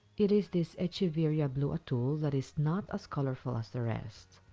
it is this echeverria blue atoll that is not as colorful as the rest.